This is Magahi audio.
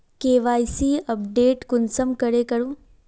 के.वाई.सी अपडेट कुंसम करे करूम?